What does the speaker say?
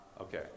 Okay